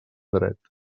dret